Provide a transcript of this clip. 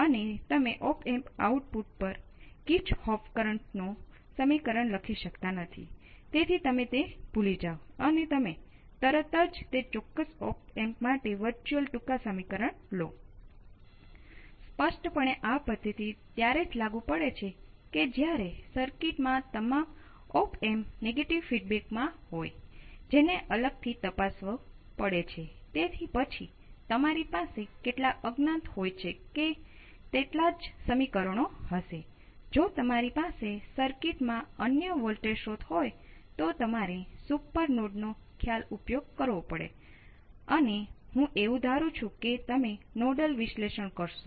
પરંતુ અલબત્ત તે તેના જેવી સીધી રેખામાં જવા માંગે છે કારણ કે જયારે વિદ્યુત પ્રવાહમાં ઘટાડો આવે છે કે વિદ્યુત પ્રવાહ પોતે વોલ્ટેજ નું શું થાય છે કે અહીં તેનો ઢાળ ઘટશે